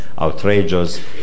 outrageous